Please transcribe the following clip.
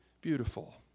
beautiful